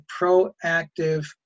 proactive